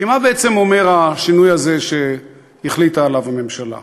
כי מה בעצם אומר השינוי הזה שהחליטה עליו הממשלה?